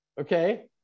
Okay